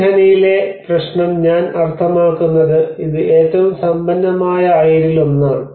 ഈ ഖനിയിലെ പ്രശ്നം ഞാൻ അർത്ഥമാക്കുന്നത് ഇത് ഏറ്റവും സമ്പന്നമായ അയിരിലൊന്നാണ്